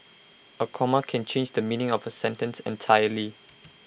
A comma can change the meaning of A sentence entirely